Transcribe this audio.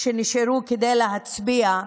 שנשארו כדי להצביע.